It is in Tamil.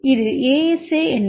இது ASA என்பதால் இந்த ASA 76